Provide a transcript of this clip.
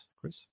Chris